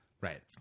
right